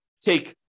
take